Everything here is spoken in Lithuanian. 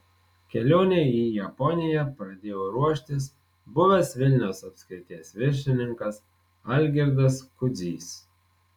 kelionei į japoniją pradėjo ruoštis buvęs vilniaus apskrities viršininkas algirdas kudzys